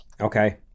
Okay